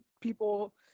people